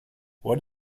what